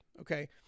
Okay